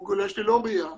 איך הוא גולש ללא ראיה?